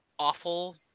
awful